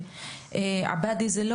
יש לנו